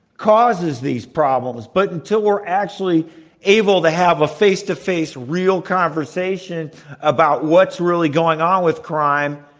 causes these problems. but until we're actually able to have a face-to-face real conversation about what's really going on with crime,